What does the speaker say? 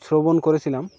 শ্রবণ করেছিলাম